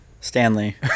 Stanley